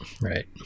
right